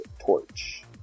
Torch